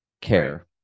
care